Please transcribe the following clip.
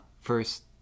first